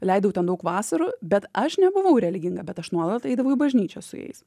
leidau ten daug vasarų bet aš nebuvau religinga bet aš nuolat eidavau į bažnyčią su jais